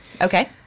Okay